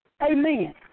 amen